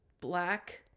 black